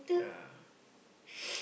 yeah